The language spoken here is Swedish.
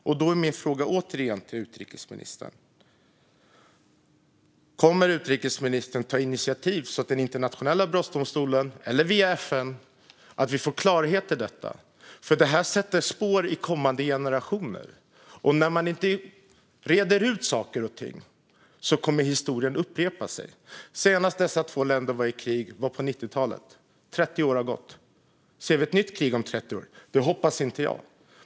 Därför är min fråga till utrikesministern återigen: Kommer utrikesministern att ta initiativ så att vi via Internationella brottmålsdomstolen eller FN kan få klarhet i detta? Detta sätter spår i kommande generationer. När man inte reder ut saker och ting kommer historien att upprepa sig. Senast dessa två länder var i krig var på 90-talet. Sedan dess har 30 år gått. Ser vi ett nytt krig om 30 år? Det hoppas jag inte.